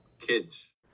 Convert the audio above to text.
kids